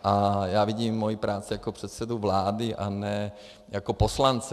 A já vidím moji práci jako předsedy vlády a ne jako poslance.